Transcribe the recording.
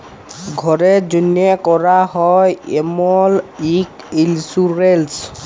ঘ্যরের জ্যনহে ক্যরা হ্যয় এমল ইক ইলসুরেলস